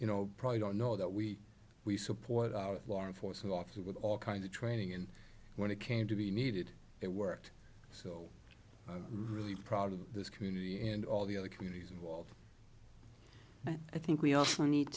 you know probably don't know that we we support our law enforcement officers with all kinds of training and when it came to be needed it worked so i'm really proud of this community and all the other communities involved but i think we also need